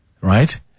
right